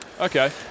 Okay